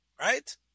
right